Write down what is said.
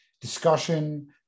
discussion